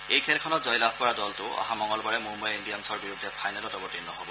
এই খেলখনত জয়লাভ কৰা দলটোৱে অহা মঙলবাৰে মুম্বাই ইণ্ডিয়ানছৰ বিৰুদ্ধে ফাইনেলত অৱতীৰ্ণ হব